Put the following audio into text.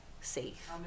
safe